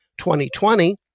2020